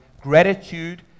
gratitude